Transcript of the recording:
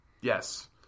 Yes